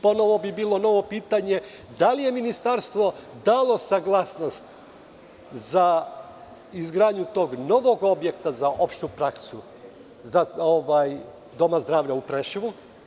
Ponovo bi bilo novo pitanje - da li je Ministarstvo dalo saglasnost za izgradnju tog novog objekta za opštu praksu doma zdravlja u Preševu?